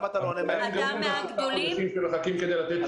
לקטנים אין גם את ה- -- חודשים שמחכים כדי לתת תשובה.